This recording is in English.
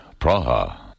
Praha